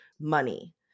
money